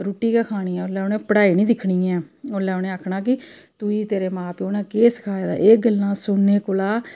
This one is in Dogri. रुटी गै खानी ऐ उसले उ'नें पढाई निं दिक्खनी ऐ उसलै उनें आखना कि तुई तेरे मां प्यो ने केह् सखाए दा ऐ एह् गल्लां सुनने कोला